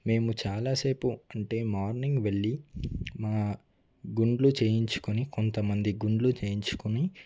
మేము చాలా సేపు అంటే మార్నింగ్ వెళ్లి మా గుండ్లు చేయించుకుని కొంత మంది గుండ్లు చేయించుకుని